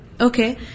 Okay